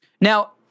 Now